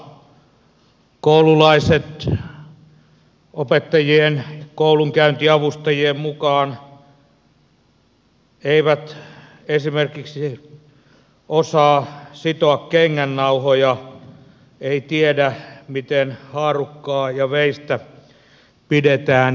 koululaiset opettajien ja koulunkäyntiavustajien mukaan eivät esimerkiksi osaa sitoa kengännauhoja eivät tiedä miten haarukkaa ja veistä pidetään kädessä